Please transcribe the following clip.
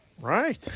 Right